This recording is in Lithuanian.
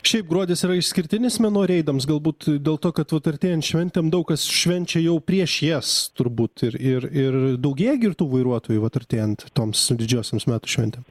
šiaip gruodis yra išskirtinis mėnuo reidams galbūt dėl to kad vat artėjant šventėms daug kas švenčia jau prieš jas turbūt ir ir ir daugėja girtų vairuotojų vat artėjant toms didžiosioms metų šventėm